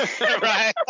Right